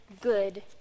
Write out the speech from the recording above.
good